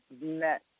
met